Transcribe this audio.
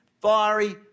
fiery